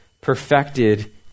perfected